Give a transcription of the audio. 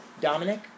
Dominic